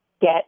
get